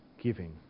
giving